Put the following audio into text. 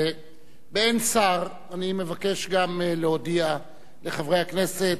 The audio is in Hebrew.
באין שר אני מבקש גם להודיע לחברי הכנסת,